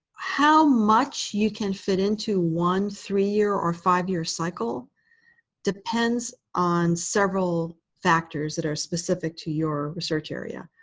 how much you can fit into one, three-year or five-year cycle depends on several factors that are specific to your research area.